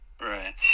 Right